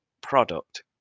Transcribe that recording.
product